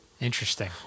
Interesting